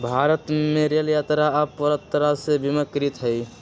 भारत में रेल यात्रा अब पूरा तरह से बीमाकृत हई